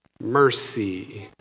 mercy